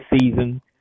season